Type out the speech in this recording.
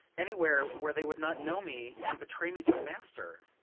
anywhere where they would not know me and betray me to the master.